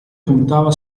contava